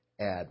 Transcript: add